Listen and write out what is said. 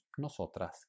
¿Nosotras